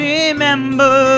Remember